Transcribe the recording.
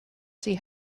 see